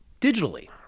digitally